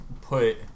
put